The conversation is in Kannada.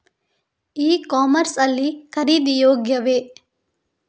ಇ ಕಾಮರ್ಸ್ ಲ್ಲಿ ಖರೀದಿ ಯೋಗ್ಯವೇ?